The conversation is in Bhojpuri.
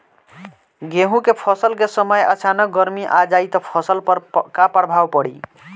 गेहुँ के फसल के समय अचानक गर्मी आ जाई त फसल पर का प्रभाव पड़ी?